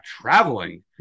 traveling